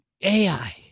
AI